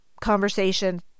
conversation